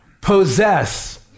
Possess